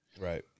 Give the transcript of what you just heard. Right